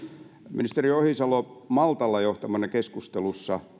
ministeri ohisalo toivottavasti ei maltalla tämmöisessä keskustelussa